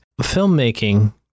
filmmaking